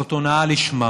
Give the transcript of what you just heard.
זאת הונאה לשמה.